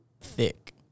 thick